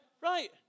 Right